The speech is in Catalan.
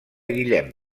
guillem